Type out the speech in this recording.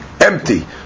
empty